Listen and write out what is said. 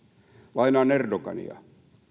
lainaan erdogania